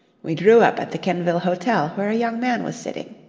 we drew up at the kenvil hotel, where a young man was sitting.